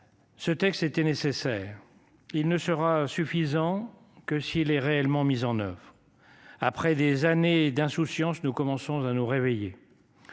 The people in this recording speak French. Ce texte était nécessaire. Il ne sera suffisant que s'il est réellement mis en oeuvre. Après des années d'insouciance. Nous commençons à nous réveiller.